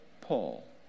Paul